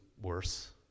worse